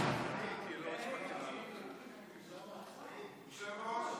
להאריך בצו את חוק האזרחות והכניסה לישראל (הוראת שעה),